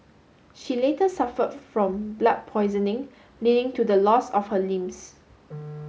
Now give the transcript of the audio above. she later suffered from blood poisoning leading to the loss of her limbs